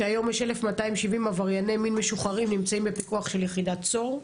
שהיום יש 1,270 עברייני מין משוחררים שנמצאים בפיקוח של יחידת צור,